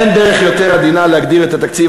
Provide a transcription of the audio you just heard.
אין דרך יותר עדינה להגדיר את התקציב